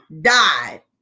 died